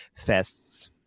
fests